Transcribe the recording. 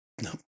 No